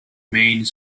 maine